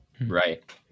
Right